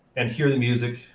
and hear the music.